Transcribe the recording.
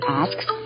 asks